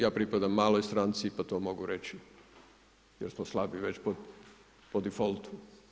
Ja pripadam maloj stranci pa to mogu reći jer smo slabi već po defaultu.